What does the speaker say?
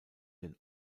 den